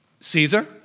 Caesar